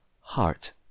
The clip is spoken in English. heart